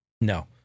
no